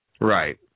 Right